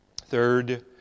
Third